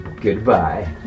Goodbye